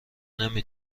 نمی